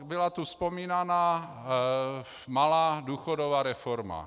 Byla tu vzpomínána malá důchodová reforma.